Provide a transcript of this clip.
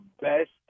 best